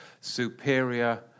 superior